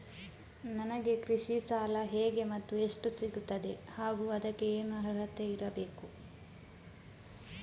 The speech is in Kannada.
ನನಗೆ ಕೃಷಿ ಸಾಲ ಹೇಗೆ ಮತ್ತು ಎಷ್ಟು ಸಿಗುತ್ತದೆ ಹಾಗೂ ಅದಕ್ಕೆ ಏನು ಅರ್ಹತೆ ಇರಬೇಕು?